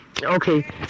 Okay